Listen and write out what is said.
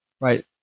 right